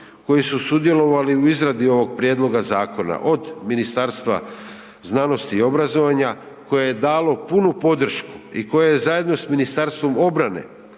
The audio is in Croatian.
koji su sudjelovali u izradi ovog prijedloga zakona, od Ministarstva znanosti i obrazovanja, koje je dalo punu podršku i koje je zajedno sa Ministarstvom obrane